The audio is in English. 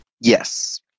yes